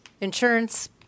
insurance